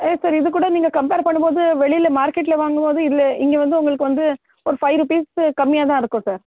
yes sir இதுக்கூட நீங்கள் compare பண்ணும்போது வெளியில மார்க்கெட்டில் வாங்கும்போது இதில் இங்கே வந்து உங்களுக்கு வந்து ஒரு ஃபைவ் ரூபீஸு கம்மியாகதான் இருக்கும் சார்